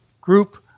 group